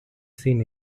seen